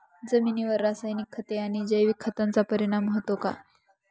जमिनीवर रासायनिक खते आणि जैविक खतांचा परिणाम होतो का?